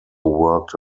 worked